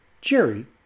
Jerry